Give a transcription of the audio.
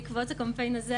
אם בעקבות הקמפיין הזה,